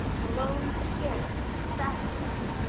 malone stared, fascinated.